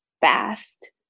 fast